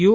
you